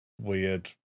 weird